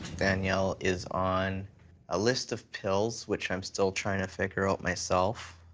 danielle is on a list of pills, which i'm still trying to figure out myself.